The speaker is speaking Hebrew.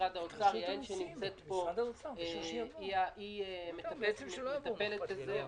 יעל לינדברג מטפלת בזה.